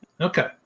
Okay